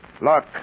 Look